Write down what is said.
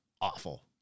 awful